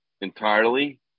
entirely